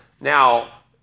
Now